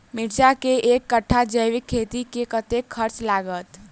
मिर्चा केँ एक कट्ठा जैविक खेती मे कतेक खर्च लागत?